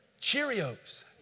Cheerios